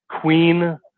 queen